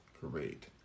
Great